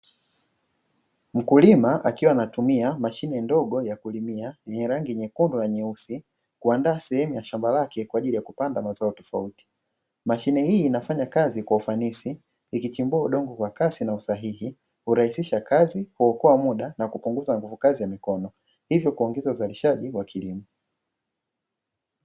Mkulima akiwa anatumia mashine ndogo ya kulimia yenye rangi nyekundu na nyeusi kuandaa sehemu ya shamba lake kwa ajili ya kupanda mazao tofauti. Mashine hii inafanya kazi kwa ufanisi ikichimbua udongo kwa kasi na usahihi hurahisisha kazi, kuokoa mda na kupunguza nguvu kazi ya mikono hivyo kuongeza uzalishaji wa kilimo.